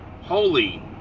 holy